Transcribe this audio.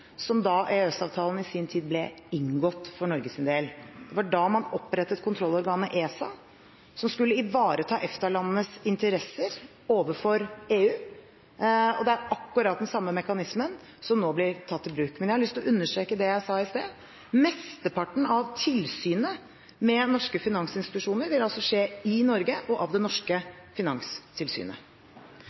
som da EØS-avtalen i sin tid ble inngått for Norges del. Det var da man opprettet kontrollorganet ESA, som skulle ivareta EFTA-landenes interesser overfor EU, og det er akkurat den samme mekanismen som nå blir tatt i bruk. Men jeg har lyst til å understreke det jeg sa i sted: Mesteparten av tilsynet med norske finansinstitusjoner vil skje i Norge og av det norske finanstilsynet.